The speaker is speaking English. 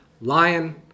lion